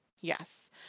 Yes